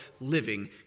living